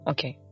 Okay